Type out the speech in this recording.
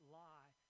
lie